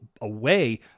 away